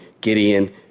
Gideon